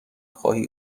خواهی